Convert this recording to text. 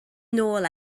nôl